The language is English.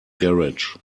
garage